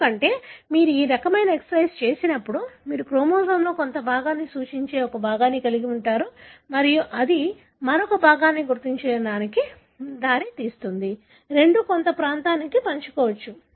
ఎందుకంటే మీరు ఈ రకమైన ఎక్సరసైజ్ చేసినప్పుడు మీరు క్రోమోజోమ్లో కొంత భాగాన్ని సూచించే ఒక భాగాన్ని కలిగి ఉంటారు మరియు అది మరొక భాగాన్ని గుర్తించడానికి దారితీస్తుంది రెండూ కొంత ప్రాంతాన్ని పంచుకోవచ్చు